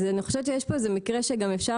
אז אני חושבת שיש פה איזה מקרה שגם אפשר,